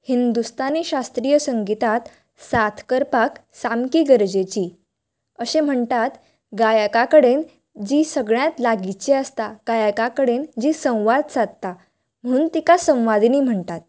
हिंदुस्तानी शास्त्रीय संगिताक सात करपाक सामकी गरजेची अशे म्हणटात गायका कडेन जी सगल्यान लागीची आसता गायका कडेन जी संवाद सादता म्हणून तिका संवादिनी म्हणटात